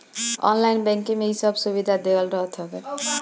online banking में इ सब सुविधा देहल रहत हवे